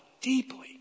deeply